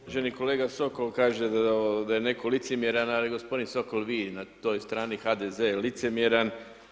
Uvaženi kolega Sokol kaže da je netko licemjeran, ali gospodin Sokol vi na toj strani, HDZ je licemjeran.